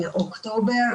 לתת מענים לאוכלוסייה הזאת,